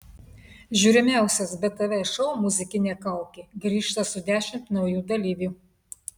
žiūrimiausias btv šou muzikinė kaukė grįžta su dešimt naujų dalyvių